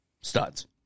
studs